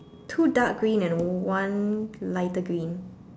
two dark green and one lighter green